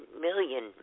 million